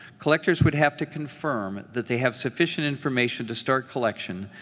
collectors would have to confirm that they have sufficient information to start collection,